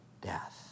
death